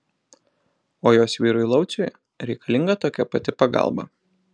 o jos vyrui lauciui reikalinga tokia pati pagalba